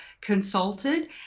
consulted